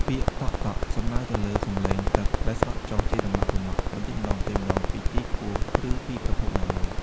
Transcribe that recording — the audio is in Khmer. ពាក្យ តក់ៗ សំដៅទៅលើសំឡេងទឹកដែលស្រក់ចុះជាដំណក់ៗបន្តិចម្ដងៗពីទីខ្ពស់ ឬពីប្រភពណាមួយ។